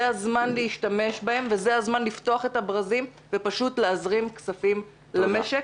זה הזמן להשתמש בהן וזה הזמן לפתוח את הברזים ופשוט להזרים כספים למשק,